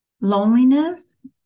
loneliness